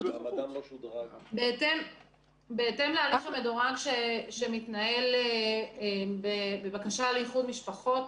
בהתאם להליך המדורג שמתנהל בבקשה לאיחוד משפחות,